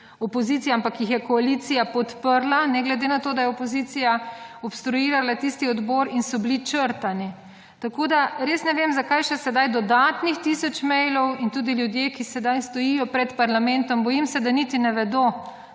opozicije, ampak jih je koalicija podprla, ne glede na to, da je opozicija obstruirala tisti odbor in so bili črtani. Tako da res ne vem zakaj še sedaj dodatnih tisoč mailov in tudi ljudje, ki sedaj stojijo pred parlamentom, bojim se, da niti ne vedo